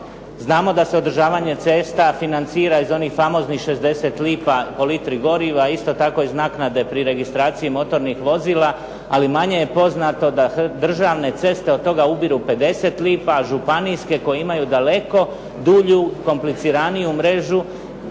Znamo da se održavanje cesta financira iz onih famoznih 60 lipa po litri goriva, isto tako iz naknade pri registraciji motornih vozila, ali manje je poznato da državne ceste od toga ubiru 50 lipa, a županijske koje imaju daleko dulju, kompliciraniju mrežu